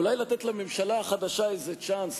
אולי לתת לממשלה החדשה צ'אנס,